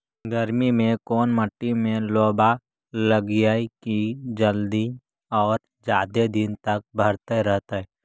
गर्मी में कोन मट्टी में लोबा लगियै कि जल्दी और जादे दिन तक भरतै रहतै?